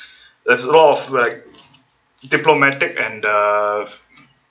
there's a lot of like diplomatic and uh